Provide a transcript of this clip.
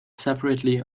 separately